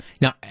now